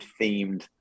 themed